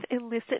illicit